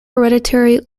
hereditary